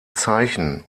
zeichen